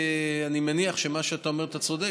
אני מניח שבמה שאתה אומר אתה צודק,